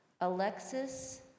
Alexis